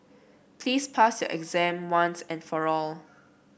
please pass your exam once and for all